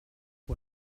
vor